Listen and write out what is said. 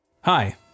Hi